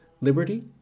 Liberty